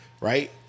right